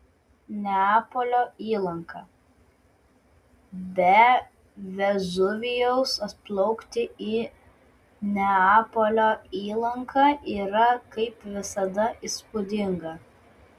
neapolio įlanka be vezuvijaus atplaukti į neapolio įlanką yra kaip visada įspūdinga